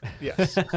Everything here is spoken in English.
Yes